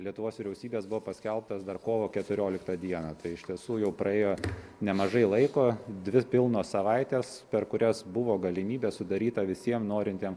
lietuvos vyriausybės buvo paskelbtas dar kovo keturioliktą dieną tai iš tiesų jau praėjo nemažai laiko dvi pilnos savaites per kurias buvo galimybė sudaryta visiem norintiem